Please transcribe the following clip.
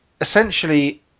essentially